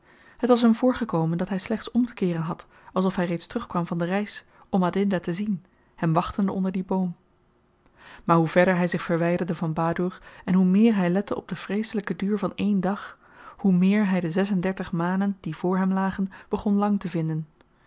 het was hem voorgekomen dat hy slechts omtekeeren had alsof hy reeds terugkwam van de reis om adinda te zien hem wachtende onder dien boom maar hoe verder hy zich verwyderde van badoer en hoe meer hy lette op den vreeselyken duur van één dag hoe meer hy de zes-en-dertig manen die voor hem lagen begon lang te vinden